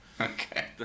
Okay